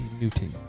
Newton